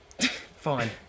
Fine